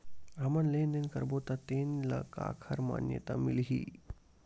हमन लेन देन करबो त तेन ल काखर मान्यता मिलही?